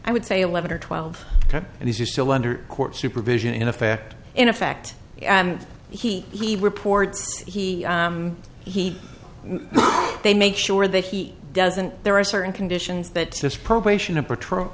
i would say eleven or twelve and this is still under court supervision in effect in effect and he he reports he he they make sure that he doesn't there are certain conditions that this probation a patrol